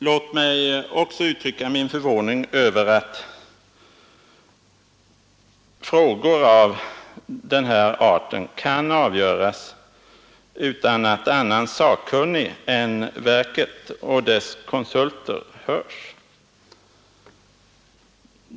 Låt mig också uttrycka min förvåning över att frågor av den här arten kan avgöras utan att annan sakkunnig än verket och dess konsulter hörts.